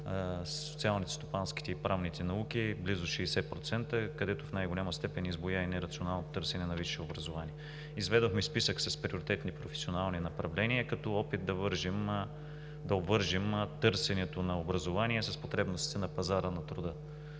социалните, стопанските и правните науки – близо 60%, където в най-голяма степен избуя и нерационалното търсене на висше образование. Изведохме списък с приоритетни професионални направления като опит да обвържем търсенето на образование с потребностите на пазара на труда.